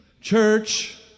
Church